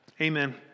Amen